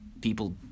people